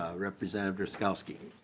ah representative drazkowski.